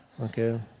okay